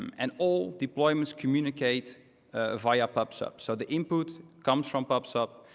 um and all deployments communicate ah via pub sub. so the input comes from pub sub,